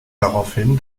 daraufhin